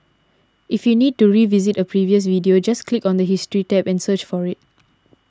if you need to revisit a previous video just click on the history tab and search for it